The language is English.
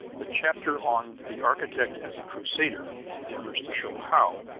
the chapter on the architect as a crusader endeavors to show how,